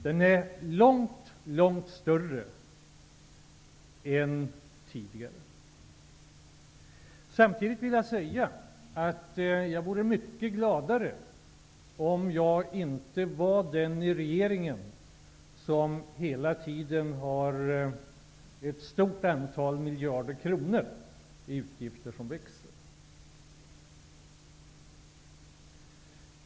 Den är långt större än tidigare. Samtidigt vill jag säga att jag skulle vara mycket gladare om jag inte var den i regeringen som hela tiden har ett stort antal miljarder kronor i utgifter som hela tiden växer.